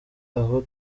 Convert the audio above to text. aho